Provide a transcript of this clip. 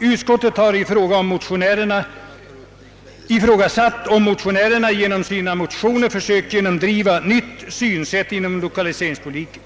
Utskottet har ifrågasatt om motionärerna i sina motioner sökt genomdriva ett nytt synsätt inom lokaliseringspolitiken.